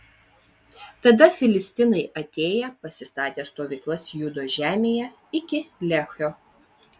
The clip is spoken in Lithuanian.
tada filistinai atėję pasistatė stovyklas judo žemėje iki lehio